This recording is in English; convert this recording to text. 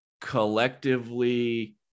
collectively